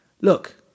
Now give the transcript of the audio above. Look